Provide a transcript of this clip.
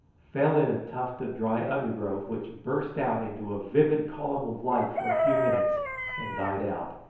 fell in a tuft of dry undergrowth which burst out into a vivid column of light for a few minutes and died out,